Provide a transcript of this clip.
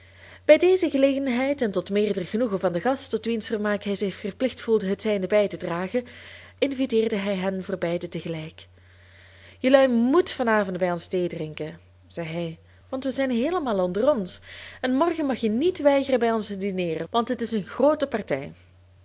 bij deze gelegenheid en tot meerder genoegen van den gast tot wiens vermaak hij zich verplicht voelde het zijne bij te dragen inviteerde hij hen voor beiden tegelijk jelui moet van avond bij ons theedrinken zei hij want we zijn heelemaal onder ons en morgen mag je niet weigeren bij ons te dineeren want het is een groote partij